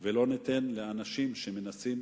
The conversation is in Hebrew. ולא ניתן לאנשים שמנסים